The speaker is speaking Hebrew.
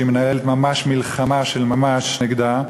שהיא מנהלת מלחמה של ממש נגדו,